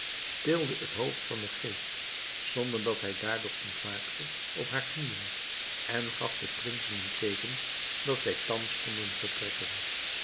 tilde het hoofd van den geest zonder dat hij daardoor ontwaakte op hare knieën en gaf den prinsen een teeken dat zij thans konden vertrekken